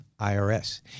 irs